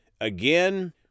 Again